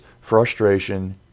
frustration